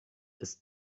ist